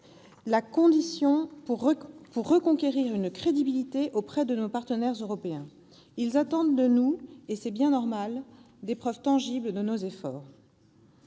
nécessaire pour reconquérir une crédibilité auprès de nos partenaires européens, qui attendent- et c'est bien normal -des preuves tangibles de nos efforts.